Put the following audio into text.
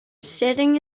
sitting